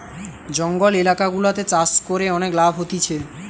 জঙ্গল এলাকা গুলাতে চাষ করে অনেক লাভ হতিছে